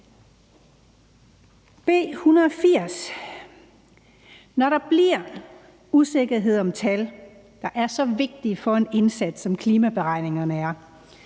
B 180. Når der bliver usikkerhed om tal, der er så vigtige for en indsats, som klimaberegningerne er,